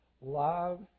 Love